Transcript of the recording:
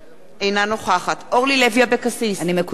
אינה נוכחת אורלי לוי אבקסיס, אינה משתתפת